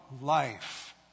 life